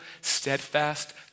steadfast